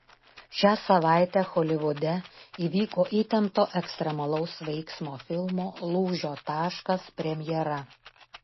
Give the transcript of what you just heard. šią savaitę holivude įvyko įtempto ekstremalaus veiksmo filmo lūžio taškas premjera